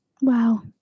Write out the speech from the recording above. Wow